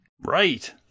Right